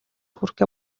хүрэхгүй